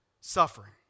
suffering